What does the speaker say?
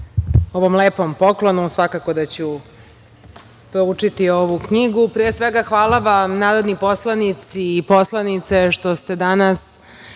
ovom lepom poklonu. Svakako da ću proučiti ovu knjigu. Pre svega hvala vam, narodni poslanici i poslanice, što ste danas